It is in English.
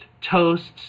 toasts